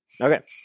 Okay